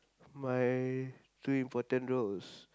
my two important roles